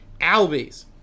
Albies